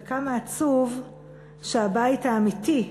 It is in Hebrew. וכמה עצוב שהבית האמיתי,